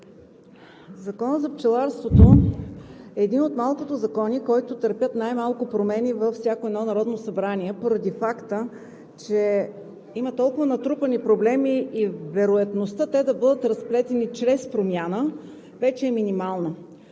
Законът за пчеларството е един от малкото закони, които търпят най-малко промени във всяко едно Народно събрание, поради факта че има толкова много натрупани проблеми и вероятността те да бъдат разплетени чрез промяна вече е минимална.